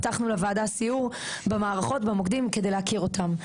הבטחנו לוועדה סיור במערכות והמוקדים כדי להכיר אותם.